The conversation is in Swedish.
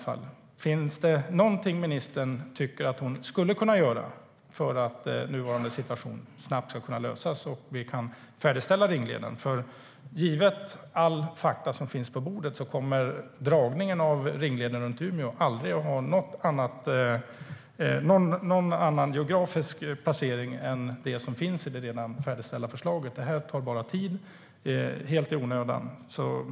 Finns det någonting som ministern tycker att hon skulle kunna göra för att nuvarande situation snabbt ska lösas och vi kan färdigställa ringleden? Givet all fakta som finns på bordet kommer dragningen av ringleden runt Umeå aldrig att få någon annan geografisk placering än den som anges i det redan färdigställda förslaget. Det här tar tid helt i onödan.